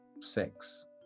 six